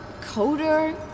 coder